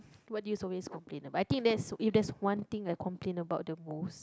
what do you complain about I think there's if there's one thing I complain about the most